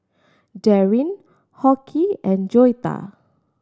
Daryn Hoke and Joetta